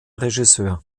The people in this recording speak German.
regisseur